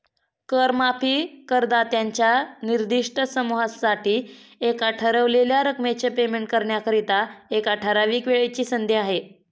कर माफी करदात्यांच्या निर्दिष्ट समूहासाठी एका ठरवलेल्या रकमेचे पेमेंट करण्याकरिता, एका ठराविक वेळेची संधी आहे